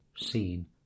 seen